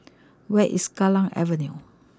where is Kallang Avenue